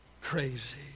crazy